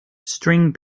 string